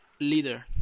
leader